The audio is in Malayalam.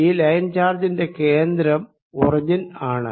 ഈ ലൈൻ ചാർജിന്റെ കേന്ദ്രം ഒറിജിൻ ആണ്